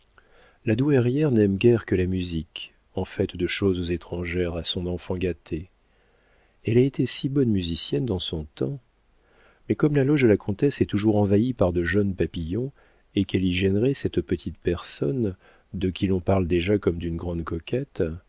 la douairière n'aime guère que la musique en fait de choses étrangères à son enfant gâté elle a été si bonne musicienne dans son temps mais comme la loge de la comtesse est toujours envahie par de jeunes papillons et qu'elle y gênerait cette petite personne de qui l'on parle déjà comme d'une grande coquette